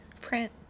print